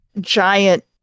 giant